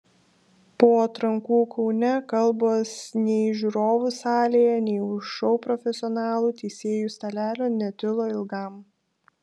po atrankų kaune kalbos nei žiūrovų salėje nei už šou profesionalų teisėjų stalelio netilo ilgam